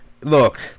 Look